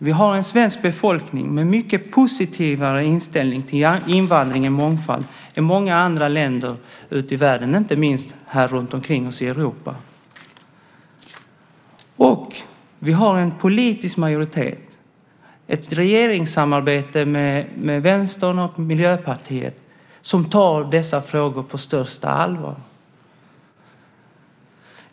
Vi har en svensk befolkning med mycket positivare inställning till invandring och mångfald än många andra länder ute i världen, inte minst runtomkring oss i Europa. Och vi har en politisk majoritet, ett regeringssamarbete med Vänstern och Miljöpartiet, som tar dessa frågor på största allvar.